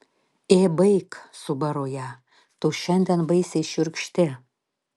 ė baik subaru ją tu šiandien baisiai šiurkšti